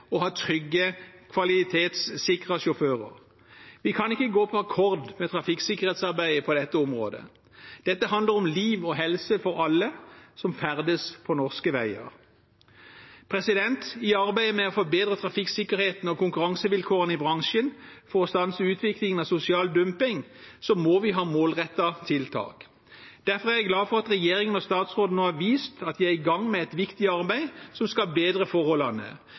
og ha trygge, kvalitetssikrede sjåfører. Vi kan ikke gå på akkord med trafikksikkerhetsarbeidet på dette området. Dette handler om liv og helse for alle som ferdes på norske veier. I arbeidet med å forbedre trafikksikkerheten og konkurransevilkårene i bransjen for å stanse utviklingen av sosial dumping må vi ha målrettede tiltak. Derfor er jeg glad for at regjeringen og statsråden nå har vist at de er i gang med et viktig arbeid som skal bedre forholdene